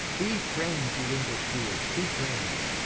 be friends you english fooles, be friends,